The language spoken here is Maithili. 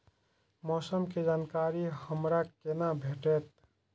मौसम के जानकारी हमरा केना भेटैत?